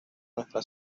nuestra